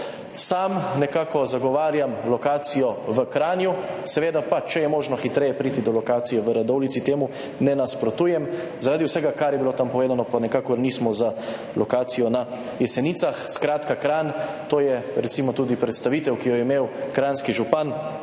Sam nekako zagovarjam lokacijo v Kranju, seveda pa, če je možno hitreje priti do lokacije v Radovljici, temu ne nasprotujem. Zaradi vsega, kar je bilo tam povedano, pa nismo za lokacijo na Jesenicah. Skratka, Kranj. Tudi predstavitev, ki jo je imel kranjski župan,